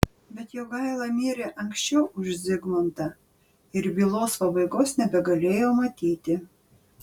bet jogaila mirė anksčiau už zigmantą ir bylos pabaigos nebegalėjo matyti